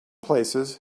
places